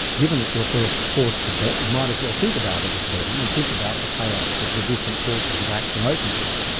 given that your first forced to bet, you might as well think about it as betting, and think about the payoffs of the different courses of action open to you.